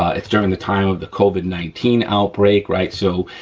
ah it's during the time of the covid nineteen outbreak, right, so,